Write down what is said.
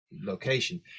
location